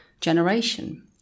generation